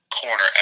corner